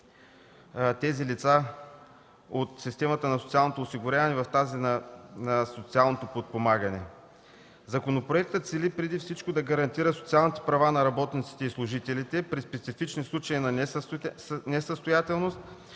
тези лица от системата на социалното осигуряване в тази на социалното подпомагане. Законопроектът цели преди всичко да гарантира социалните права на работниците и служителите при специфични случаи на несъстоятелност,